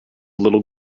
little